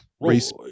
race